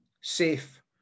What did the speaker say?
safe